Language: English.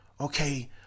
okay